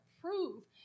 prove